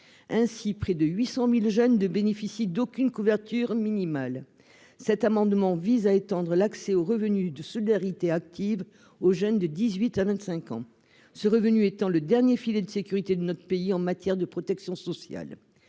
ainsi près de 800000 jeunes de bénéficier d'aucune couverture minimale, cet amendement vise à étendre l'accès au Revenu de solidarité active aux jeunes de 18 à 25 ans, ce revenu étant le dernier filet de sécurité de notre pays en matière de protection sociale,